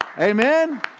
amen